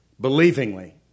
believingly